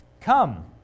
Come